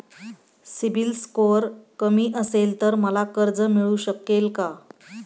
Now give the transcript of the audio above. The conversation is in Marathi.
सिबिल स्कोअर कमी असेल तर मला कर्ज मिळू शकेल का?